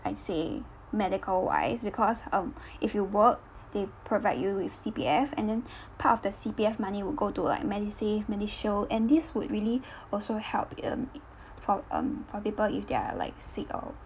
I'd say medical wise because um if you work they provide you with C_P_F and then part of the C_P_F money would go to like medisave medishield and this would really also help um for um for people if they're like sick or